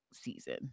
season